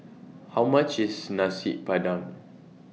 How much IS Nasi Padang